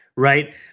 Right